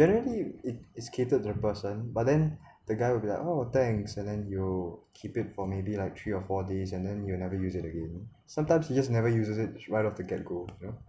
generally it is catered to the person but then the guy will be like oh thanks and then you keep it for maybe like three or four days and then you never use it again sometimes you just never uses it right off the get go you know